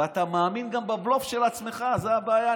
ואתה גם מאמין בבלוף של עצמך, זאת הבעיה.